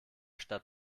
stadt